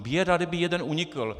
Běda, kdyby jeden unikl!